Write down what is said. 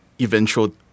eventual